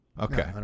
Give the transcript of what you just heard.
Okay